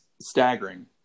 staggering